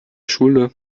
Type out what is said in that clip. schule